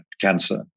cancer